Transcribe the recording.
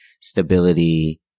stability